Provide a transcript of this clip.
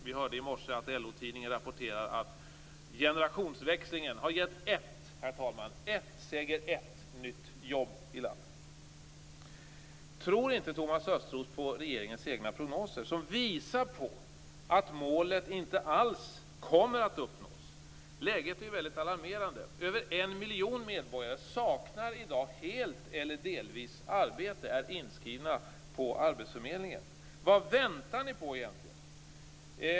Vi hörde i morse att LO-tidningen rapporterade att generationsväxlingen har gett ett - säger ett, herr talman - nytt jobb i landet. Tror inte Thomas Östros på regeringens egna prognoser, som visar att målet inte alls kommer att uppnås? Läget är väldigt alarmerande. Över en miljon medborgare saknar i dag helt eller delvis arbete, är inskrivna hos arbetsförmedlingen. Vad väntar ni på egentligen?